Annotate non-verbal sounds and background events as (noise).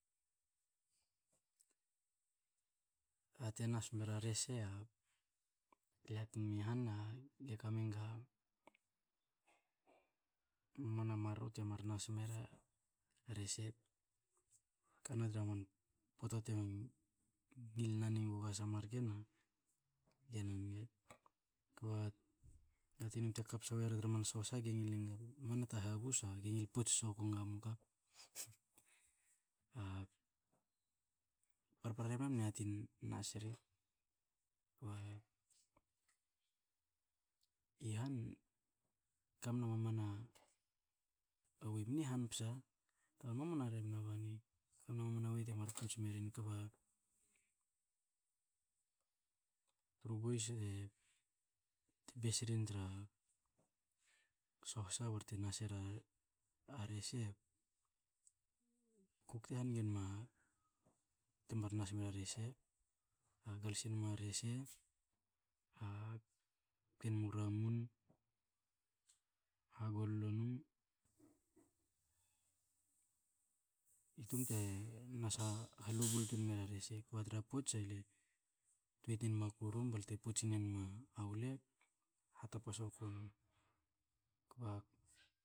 (hesitation) te nas mera rese, aga tum i han a ga ka mnega (noise) maman a maroro te mar nos mera rese, kana tra man pota te ngil nan e guga sa mar ken age nan nga. Kba yati num te ka psa weri tra man sohsa ge ngilin, muana ta habus ge ngil pots soku naga moka. (noise) A parpara rebna mne yatin nas ri, (noise) kba i han ka mna mamna (noise) way, mne han psa, maman a rebna bani. Kamna maman way te mar pots me rin, (noise) kba tru boys te bes rin tra sohsa barte nas era rese, kukte haniga nom (hesitation) te mar nas mere rese. (hesitation) glus e nom a rese, hakte nmu ramun, hagollo num. E tum te nas ha lobul tun mera (noise) rese, kba tra pots ale tuei tne mnma kurum balte potsin enma wele hatapa soku num, kova